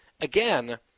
again